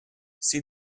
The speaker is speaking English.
see